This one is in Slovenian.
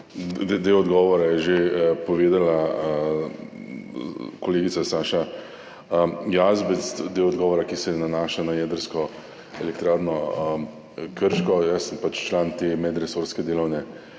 del odgovora je že povedala kolegica Saša Jazbec, del odgovora, ki se nanaša na Jedrsko elektrarno Krško. Jaz sem član medresorske delovne